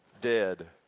dead